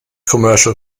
commercial